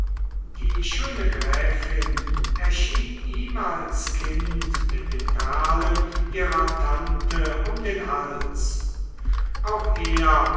die schöne gräfin erschien ihm als kind mit den perlen ihrer tante um den hals auch er